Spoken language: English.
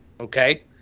okay